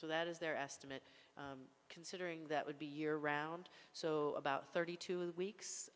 so that is their estimate considering that would be year round so about thirty two weeks